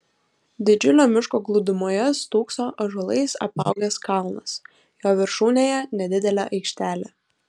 didžiulio miško glūdumoje stūkso ąžuolais apaugęs kalnas jo viršūnėje nedidelė aikštelė